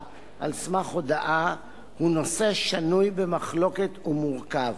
על סמך הודאה הוא נושא שנוי במחלוקת ומורכב,